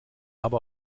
aber